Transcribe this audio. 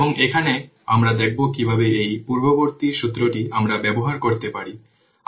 এবং এখানে আমরা দেখব কিভাবে এই পূর্ববর্তী সূত্রটি আমরা ব্যবহার করতে পারি